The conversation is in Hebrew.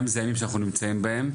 גם בגלל שאלה הימים שאנחנו נמצאים בהם,